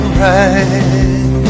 right